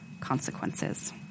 consequences